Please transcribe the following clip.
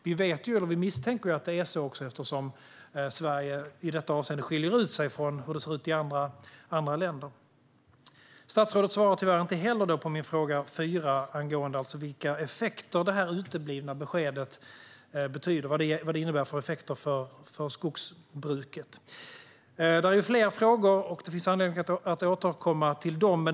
Vi misstänker också att det är så eftersom Sverige i detta avseende skiljer ut sig från hur det ser ut i andra länder. Statsrådet svarar tyvärr inte heller på min fjärde fråga om vad det uteblivna beskedet innebär för effekter för skogsbruket. Det är fler frågor. Det finns anledning att återkomma till dem.